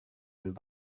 and